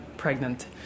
pregnant